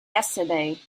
yesterday